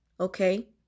okay